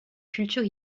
culture